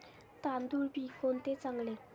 तांदूळ बी कोणते चांगले?